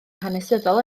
hanesyddol